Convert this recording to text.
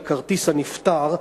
על כרטיס הנפטר,